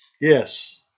yes